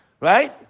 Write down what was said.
Right